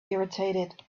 irritated